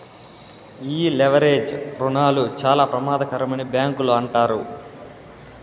ఈ లెవరేజ్ రుణాలు చాలా ప్రమాదకరమని బ్యాంకులు అంటారు